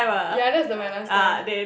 ya that's the my last time